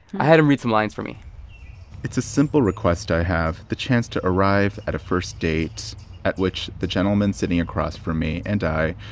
i had him read some lines for me it's a simple request i have, the chance to arrive at a first date at which the gentleman sitting across from me, and i,